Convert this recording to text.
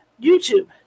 YouTube